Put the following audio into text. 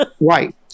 Right